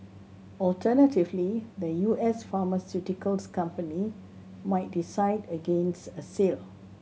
alternatively the U S pharmaceuticals company might decide against a sale